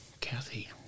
Kathy